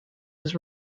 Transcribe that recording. was